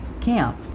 camp